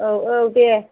औ औ दे